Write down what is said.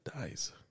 dies